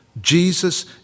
Jesus